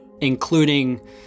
including